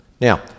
Now